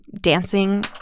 dancing